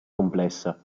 complessa